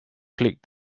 click